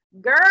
girl